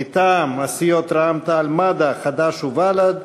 מטעם סיעות רע"ם-תע"ל-מד"ע, חד"ש ובל"ד: